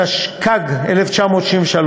התשכ"ג 1963,